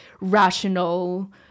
rational